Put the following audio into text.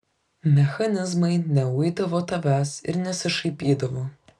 mechanizmai neuidavo tavęs ir nesišaipydavo